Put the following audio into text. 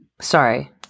Sorry